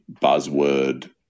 buzzword